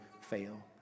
fail